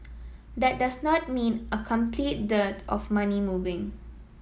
that does not mean a complete dearth of money moving